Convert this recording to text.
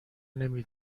نمی